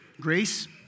Grace